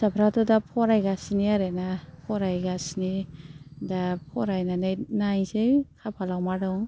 फिसाफ्राथ' दा फरायगासिनो आरो ना फरायगासिनो दा फरायनानै नायसै खाफालाव मा दं